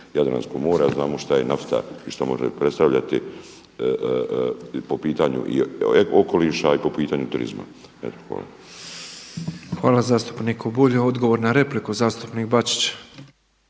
Jadransko more a znamo šta je nafta i šta može predstavljati po pitanju okoliša i po pitanju turizma. Hvala. **Petrov, Božo (MOST)** Hvala zastupniku Bulju. Odgovor na repliku zastupnik Bačić.